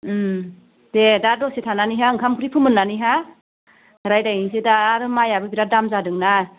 दे दा दसे थानानैहाय ओंखाम ओंख्रि फोमोननानैहा रायज्लायहैनोसै दा आरो माइआबो बिराद दाम जादों ना